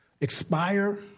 expire